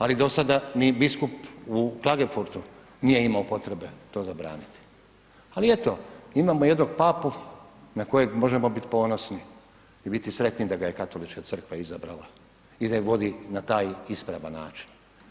Ali dosada ni biskup u Klagenfurtu nije imao potrebe to zabraniti, ali eto imamo jednog Papu na kojeg možemo biti ponosni i biti sretni da ga je Katolička crkva izabrala i da ju vodi na taj ispravan način.